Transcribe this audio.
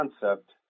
concept